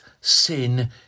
sin